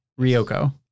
Ryoko